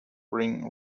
bryn